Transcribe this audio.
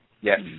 Yes